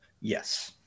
Yes